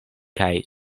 kaj